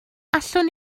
allwn